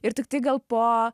ir tiktai gal po